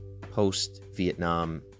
post-Vietnam